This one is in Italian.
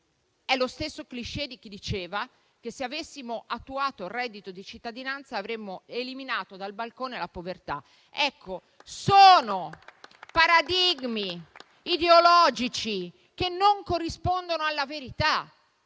È lo stesso *cliché* di chi diceva che, se avessimo attuato il reddito di cittadinanza, avremmo eliminato dal balcone la povertà. Sono paradigmi ideologici che non corrispondono alla verità.